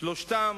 שלושתם